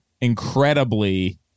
incredibly